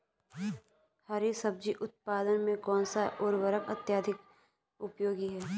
हरी सब्जी उत्पादन में कौन सा उर्वरक अत्यधिक उपयोगी है?